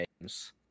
names